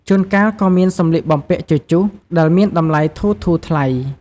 ជួនកាលក៏មានសម្លៀកបំពាក់ជជុះ ដែលមានតម្លៃធូរៗថ្លៃ។